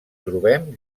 trobem